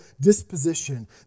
disposition